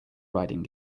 riding